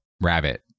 Rabbit